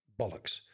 bollocks